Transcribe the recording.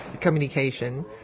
communication